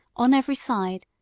on every side,